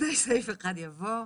יימחקו.